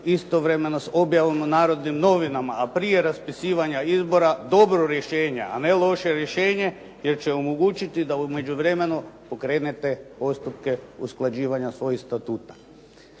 istovremeno s objavom u Narodnim novinama, a prije raspisivanja izbora dobro rješenje, a ne loše rješenje jer će omogućiti da u međuvremenu pokrenete postupke usklađivanja svojih statuta.